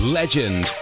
legend